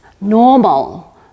normal